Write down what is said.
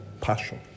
passion